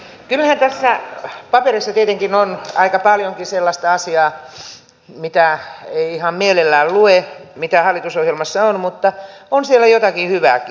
kyllähän tässä paperissa tietenkin on aika paljonkin sellaista asiaa mitä ei ihan mielellään lue mitä hallitusohjelmassa on mutta on siellä jotakin hyvääkin